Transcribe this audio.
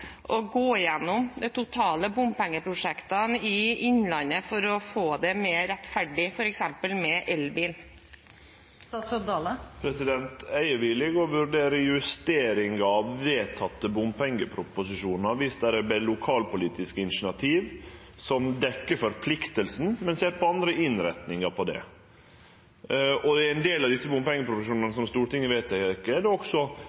å gå igjennom de totale bompengeprosjektene i Innlandet for å få det mer rettferdig, f.eks. når det gjelder elbil? Eg er villig til å vurdere justeringar av vedtekne bompengeproposisjonar dersom det er lokalpolitiske initiativ der ein dekkjer forpliktinga, men ser på andre innretningar av det. I ein del av desse bompengeproposisjonane som Stortinget har vedteke, er det også